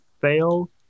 fail